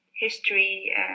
history